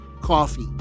Coffee